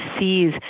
sees